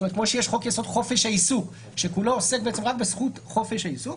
כמו שיש חוק-יסוד: חופש העיסוק שכולו עוסק בעצם רק בזכות חופש העיסוק,